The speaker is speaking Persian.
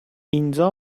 اینجا